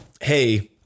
hey